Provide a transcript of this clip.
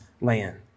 land